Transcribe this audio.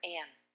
Anne